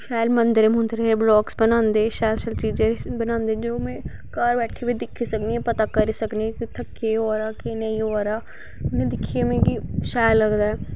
शैल मन्दरें मुन्दरें दे बलॉगस बनांदे शैल शैल चीजां बनांदे न्यू मेड घर बैठियै बी दिक्खी सकने पता करी सकने कुत्थै केह् होआ दा केह् नेंई होआ दा इयां दिक्खियै मिगी शैल लगदा ऐ